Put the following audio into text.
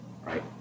right